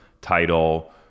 title